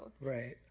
Right